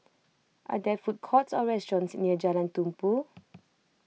are there food courts or restaurants near Jalan Tumpu